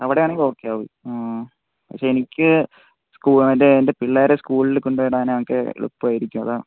അവിടെയാണെങ്കിൽ ഓക്കെ ആകും ആ പക്ഷെ എനിക്ക് സ്കൂ എൻ്റെ എൻ്റെ പിള്ളേരെ സ്കൂളിൽ കൊണ്ടു വിടാനൊക്കെ എളുപ്പമായിരിക്കുമതാണ്